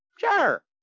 Sure